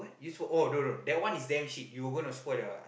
is for all the the that one is damm shit you're going to spoil that one